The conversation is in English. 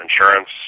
insurance